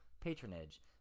patronage